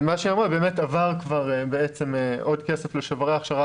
עבר עוד כסף לשוברי הכשרה,